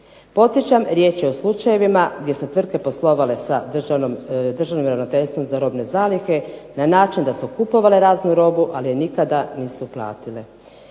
Podsjećam riječ je o slučajevima gdje su tvrtke poslovale sa Državnim ravnateljstvo za robne zalihe na način da su kupovale raznu robu ali je nikada nisu platile.